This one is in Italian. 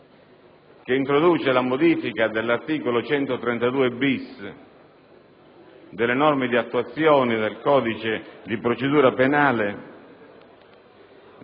introducono una modifica dell'articolo 132‑*bis* delle norme di attuazione del codice di procedura penale;